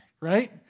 Right